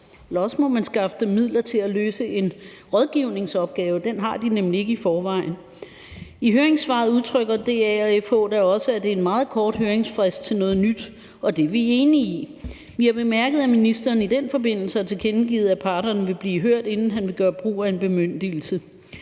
også må man skaffe dem midler til at løse en rådgivningsopgave, for den har de nemlig ikke i forvejen. I høringssvaret udtrykker DA og FH da også, at det er en meget kort høringsfrist til noget nyt, og det er vi enige i. Vi har bemærket, at ministeren i den forbindelse har tilkendegivet, at parterne vil blive hørt, inden han vil gøre brug af en bemyndigelse,